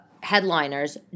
headliners